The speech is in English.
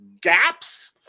gaps